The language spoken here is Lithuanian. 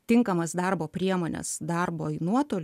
tinkamas darbo priemones darbui nuotoliu